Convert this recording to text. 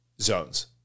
zones